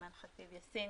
אימאן ח'טיב יאסין,